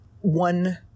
one